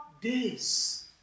days